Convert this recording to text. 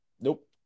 nope